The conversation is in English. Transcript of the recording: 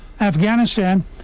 Afghanistan